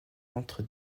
entre